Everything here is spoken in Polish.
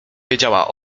wiedziała